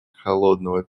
холодного